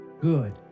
Good